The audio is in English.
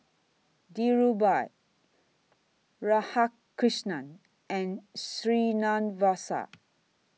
Dhirubhai Radhakrishnan and Srinivasa